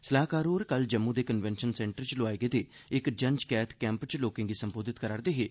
सलाह्कार होर कल जम्मू दे कनवेंशन सेंटर च लोआए गेदे इक जन शिकायत कैंप च लोकें गी संबोधत करा करदे हे